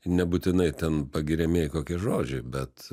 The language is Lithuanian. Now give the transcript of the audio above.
nebūtinai ten pagiriamieji žodžiai bet